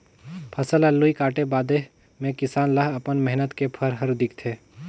फसल ल लूए काटे बादे मे किसान ल अपन मेहनत के फर हर दिखथे